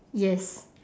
yes